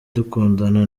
dukundana